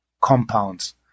compounds